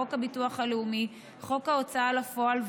חוק הביטוח הלאומי וחוק ההוצאה לפועל,